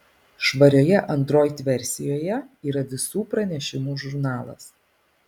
švarioje android versijoje yra visų pranešimų žurnalas